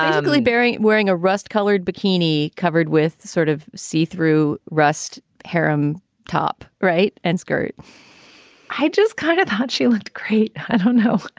um berry wearing a rust colored bikini covered with sort of see-through rust haram top right and skirt i just kind of thought she looked great i don't know.